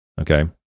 okay